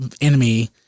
enemy